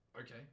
Okay